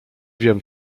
wiem